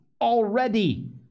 already